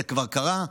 זה כבר קרה,